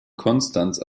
konstanz